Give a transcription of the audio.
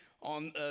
on